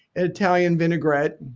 italian vinaigrette.